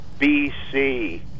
BC